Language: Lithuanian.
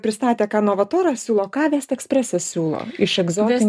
pristatė ką novaturas siūlo ką vestekspresas siūlo iš egzotinių